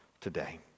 today